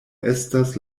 estas